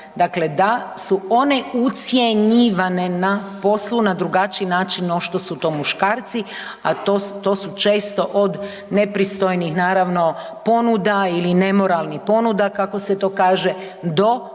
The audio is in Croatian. dakle da su one ucjenjivane na poslu na drugačiji način no što su to muškarci, a to su često od nepristojnih naravno ponuda ili nemoralnih ponuda kako se to kaže, do